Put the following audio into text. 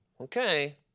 Okay